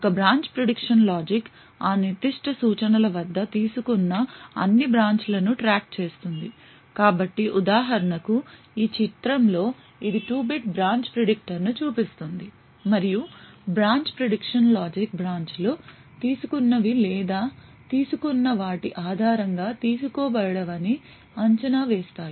ఒక branch prediction logic ఆ నిర్దిష్ట సూచనల వద్ద తీసుకున్న అన్ని బ్రాంచ్లను ట్రాక్ చేస్తుంది కాబట్టి ఉదాహరణకు ఈ చిత్రంలో ఇది 2 బిట్ బ్రాంచ్ ప్రిడిక్టర్ను చూపిస్తుంది మరియు బ్రాంచ్ ప్రిడిక్షన్ లాజిక్ బ్రాంచ్లు తీసుకున్నవి లేదా తీసుకున్న వాటి ఆధారంగా తీసుకోబడవని అంచనా వేస్తాయి